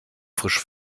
frisch